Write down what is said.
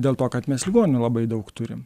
dėl to kad mes ligonių labai daug turim